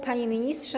Panie Ministrze!